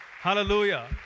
Hallelujah